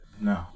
No